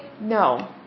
No